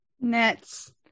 nets